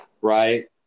Right